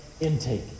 intake